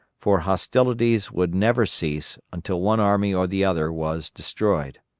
for hostilities would never cease until one army or the other was destroyed.